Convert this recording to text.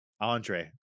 andre